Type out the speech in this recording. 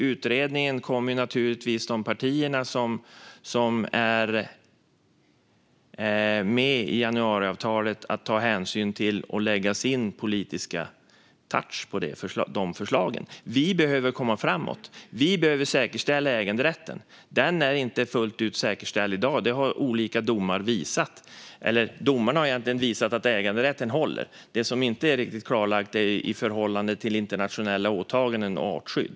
De partier som är med i januariavtalet kommer naturligtvis att ta hänsyn till utredningen, och de kommer att lägga sin politiska touch på förslagen. Vi behöver komma framåt. Vi behöver säkerställa äganderätten. Den är inte fullt ut säkerställd i dag. Det har olika domar visat. Eller domarna har egentligen visat att äganderätten håller. Det som inte är riktigt klarlagt är förhållandet till internationella åtaganden och artskydd.